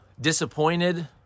disappointed